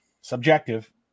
subjective